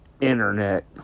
internet